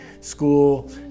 school